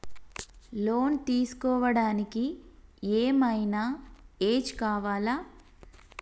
Loan తీస్కోవడానికి ఏం ఐనా ఏజ్ కావాలా?